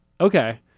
okay